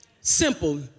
Simple